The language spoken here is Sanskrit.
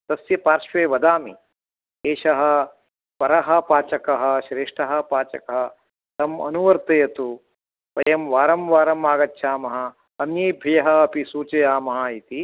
तस्य पार्श्वे वदामि एषः वरः पाचकः श्रेष्ठः पाचकः तम् अनुवर्तयतु वयं वारं वारम् आगच्छामः अन्येभ्यः अपि सूचयामः इति